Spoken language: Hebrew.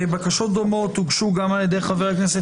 בקשות דומות הוגשו גם על ידי חבר הכנסת